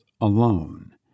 alone